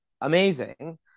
amazing